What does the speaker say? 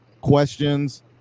questions